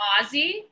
Ozzy